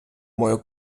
мою